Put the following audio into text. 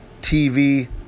TV